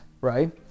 Right